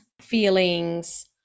feelings